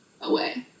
away